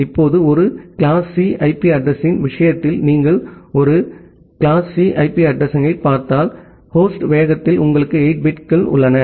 இப்போது ஒரு class C IP அட்ரஸிங்யின் விஷயத்தில் நீங்கள் ஒரு கிளாஸ் சி ஐபி அட்ரஸிங்யைப் பார்த்தால் ஹோஸ்ட் வேகத்தில் உங்களுக்கு 8 பிட்கள் உள்ளன